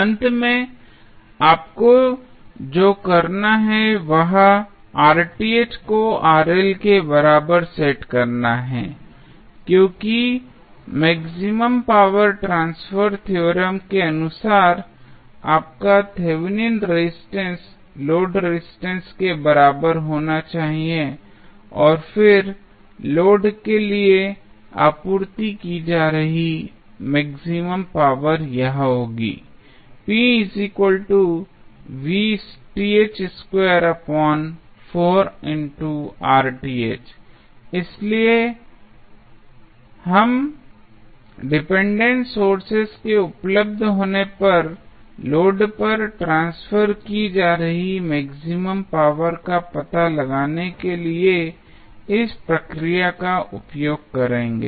अंत में आपको जो करना है वह को के बराबर सेट करना है क्योंकि मैक्सिमम पावर ट्रांसफर थ्योरम के अनुसार आपका थेवेनिन रेजिस्टेंस लोड रेजिस्टेंस के बराबर होना चाहिए और फिर लोड के लिए आपूर्ति की जा रही मैक्सिमम पावर यह होगी इसलिए हम डिपेंडेंट सोर्सेज के उपलब्ध होने पर लोड पर ट्रांसफर की जा रही मैक्सिमम पावर का पता लगाने के लिए इस प्रक्रिया का उपयोग करेंगे